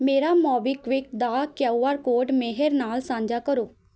ਮੇਰਾ ਮੋਬੀਕਵਿਕ ਦਾ Q R code Mehar ਨਾਲ ਸਾਂਝਾ ਕਰੋ